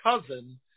cousin